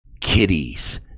Kitties